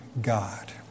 God